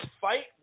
fight